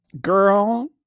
Girl